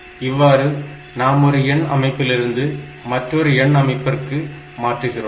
இவ்வாறு நாம் ஒரு எண் அமைப்பிலிருந்து மற்றொரு எண் அமைப்பிற்கு மாற்றுகிறோம்